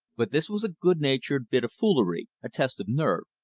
but this was a good-natured bit of foolery, a test of nerve,